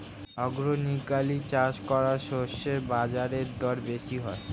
organically চাষ করা শস্যের বাজারদর বেশি হয়